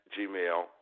Gmail